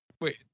Wait